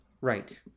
Right